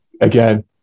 again